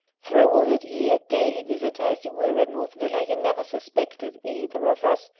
through all that year, daily visitor as you were at north villa, you never suspected either of us!